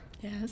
Yes